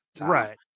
Right